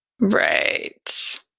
right